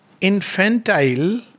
infantile